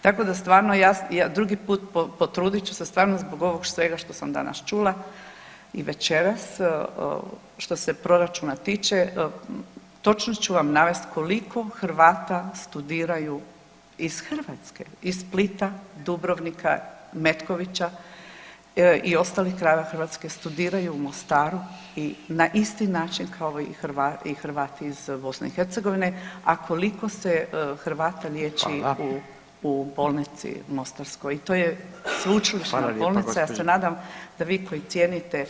Tako da stvarno, ja, drugi put, potrudit ću se stvarno zbog ovog svega što sam danas čula i večeras, što se proračuna tiče, točno ću vam navesti koliko Hrvata studiraju iz Hrvatske, iz Splita, Dubrovnika, Metkovića i ostalih krajeva Hrvatske studiraju u Mostaru i na isti način kao i Hrvati iz BiH, a koliko se koliko Hrvata liječi u [[Upadica: Hvala.]] bolnici mostarskoj i to je sveučilišna bolnica [[Upadica: Hvala lijepo gđo.]] ja se nadam da vi koji cijenite